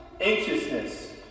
Anxiousness